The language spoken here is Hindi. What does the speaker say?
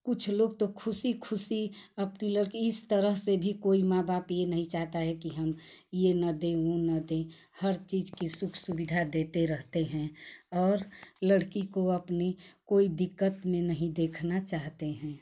कुछ लोग तो खुशी खुशी अपनी लड़की इस तरह से भी कोई माँ बाप यह नहीं चाहता है कि हम यह न दें वह न दें हर चीज़ की सुख सुविधा देते रहते हैं और लड़की को अपनी कोई दिक्कत में नहीं देखना चाहते हैं